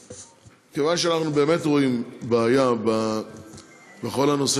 כיוון שאנחנו באמת רואים בעיה בכל הנושא